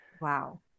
Wow